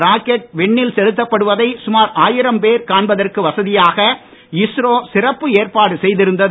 rocket விண்ணில் செலுத்தப்படுவதை சுமார் ஆயிரம் பேர் காண்பதற்கு வசதியாக இஸ்ரோ சிறப்பு ஏற்பாடு செய்திருந்தது